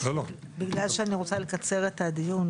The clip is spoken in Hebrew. בגלל שאני רוצה לקצר את הדיון,